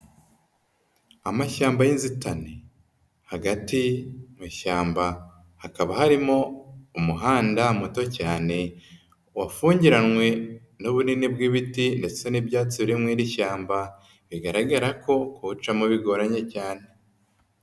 Amashyamba y'inzitane hagati mu ishyamba hakaba harimo umuhanda muto cyane wafungiranywe n'ubunini bw'ibiti ndetse n'ibyatsi biri mu iri shyamba, bigaragara ko kuwucamo bigoranye cyane.